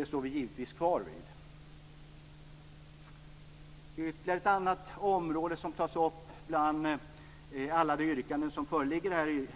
Det står vi givetvis kvar vid. Ytterligare ett område som tas upp bland alla yrkanden som föreligger i